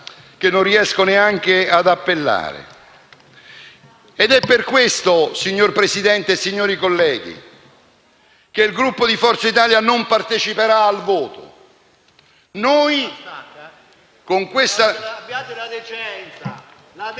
che non riesco neanche ad appellare. È per questo, signora Presidente, signori colleghi, che il Gruppo Forza Italia non parteciperà al voto. Vi siete